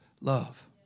love